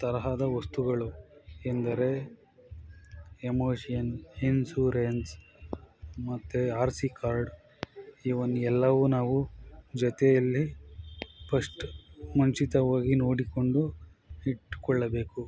ತರಹದ ವಸ್ತುಗಳು ಎಂದರೆ ಎಮೋಶಿಯನ್ ಇನ್ಸೂರೆನ್ಸ್ ಮತ್ತೆ ಆರ್ ಸಿ ಕಾರ್ಡ್ ಇವನ್ನೆಲ್ಲವೂ ನಾವು ಜೊತೆಯಲ್ಲಿ ಪಶ್ಟ್ ಮುಂಚಿತವಾಗಿ ನೋಡಿಕೊಂಡು ಇಟ್ಕೊಳ್ಳಬೇಕು